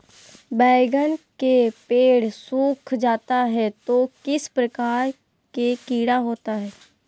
बैगन के पेड़ सूख जाता है तो किस प्रकार के कीड़ा होता है?